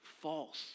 false